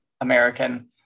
American